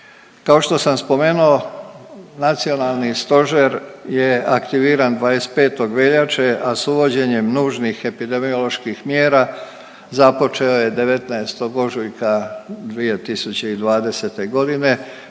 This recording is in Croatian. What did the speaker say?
Kao što sam spomenuo Nacionalni stožer je aktiviran 25. veljače, a sa uvođenjem nužnih epidemioloških mjera započeo je 19. ožujka 2020. godine